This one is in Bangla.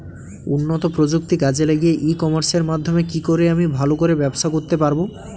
উন্নত প্রযুক্তি কাজে লাগিয়ে ই কমার্সের মাধ্যমে কি করে আমি ভালো করে ব্যবসা করতে পারব?